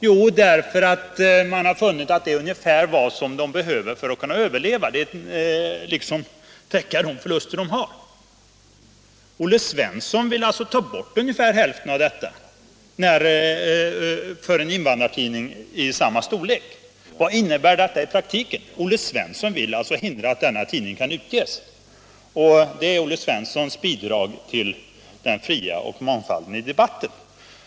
Jo, därför att man har funnit att det är ungefär vad de tidningarna behöver för att kunna överleva, för att täcka sina förluster, Olle Svensson vill ta bort ungefär hälften av detta stöd för en invandrartidning i samma storlek. Det innebär alltså i praktiken att Olle Svensson vill hindra att denna tidning utges. Det är Olle Svenssons bidrag till den fria debatten och mångfalden i pressrösterna.